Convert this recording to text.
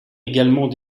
également